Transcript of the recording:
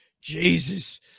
Jesus